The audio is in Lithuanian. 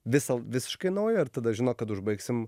visa visiškai naujo ir tada žino kad užbaigsim